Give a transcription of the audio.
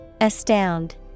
Astound